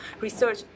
research